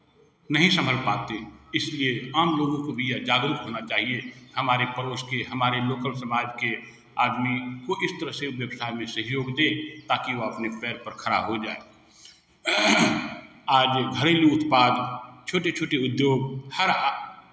नहीं संभल पाते इसीलिए आम लोगों को भी जागरुक होना चाहिए हमारे पड़ोस के हमारे लोकल समाज के आदमी को इस तरह से व्यवसाय में सहयोग दें ताकि वह अपने पैर पर खड़ा हो जाय आगे घरेलू उत्पाद छोटे छोटे उद्योग हर